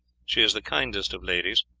she is the kindest of ladies,